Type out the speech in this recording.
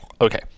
Okay